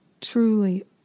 truly